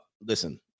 listen